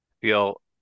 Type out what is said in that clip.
feel